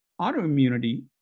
autoimmunity